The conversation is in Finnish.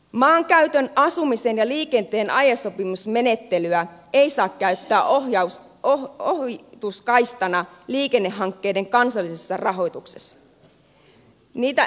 maankäytön asumisen ja liikenteen aiesopimusmenettelyä ei saa käyttää ohituskaistana liikennehankkeiden kansallisessa rahoituksessa